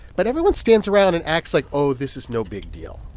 but everyone stands around and acts like oh, this is no big deal.